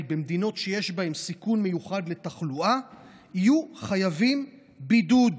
במדינות שיש בהן סיכון מיוחד לתחלואה יהיו חייבים בידוד.